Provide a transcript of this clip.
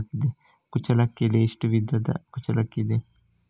ಕುಚ್ಚಲಕ್ಕಿಯಲ್ಲಿ ಎಷ್ಟು ವಿಧದ ಕುಚ್ಚಲಕ್ಕಿ ಇದೆ?